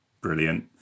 brilliant